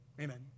amen